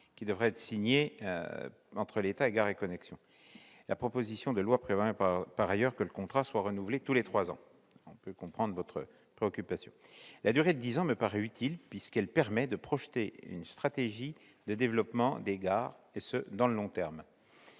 qui devra être signé entre l'État et Gares & Connexions, la proposition de loi prévoyant par ailleurs que le contrat soit renouvelé tous les trois ans. Retenir une durée de dix ans me paraît utile, puisque cela permet de projeter une stratégie de développement des gares dans le long terme